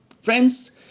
Friends